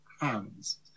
hands